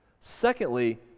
Secondly